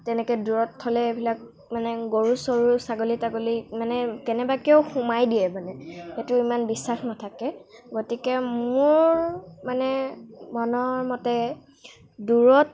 তেনেকৈ দূৰত থ'লে এইবিলাক মানে গৰু চৰু ছাগলী তাগলী মানে কেনেবাকৈও সোমাই দিয়ে মানে সেইটো ইমান বিশ্বাস নাথাকে গতিকে মোৰ মানে মনৰ মতে দূৰত